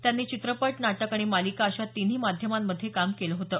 त्यांनी चित्रपट नाटक आणि मालिका अशा तिन्ही माध्यमांमध्ये काम केलं होतं